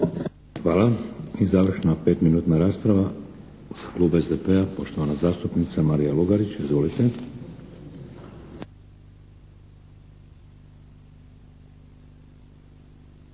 Hvala. I završna 5-minutna rasprava uz klub SDP-a poštovana zastupnica Marija Lugarić. Izvolite.